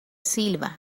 silva